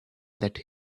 that